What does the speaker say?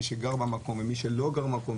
מי שגר במקום ומי שלא גר במקום.